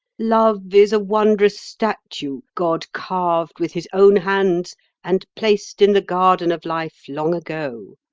love is a wondrous statue god carved with his own hands and placed in the garden of life, long ago.